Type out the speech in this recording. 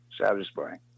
satisfying